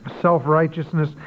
self-righteousness